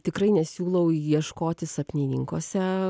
tikrai nesiūlau ieškoti sapnininkuose